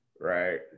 right